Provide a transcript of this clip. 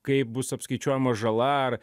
kaip bus apskaičiuojama žala ar